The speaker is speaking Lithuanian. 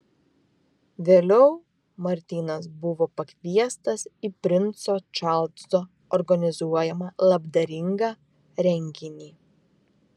vėliau martynas buvo pakviestas į princo čarlzo organizuojamą labdaringą renginį